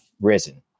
risen